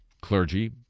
clergy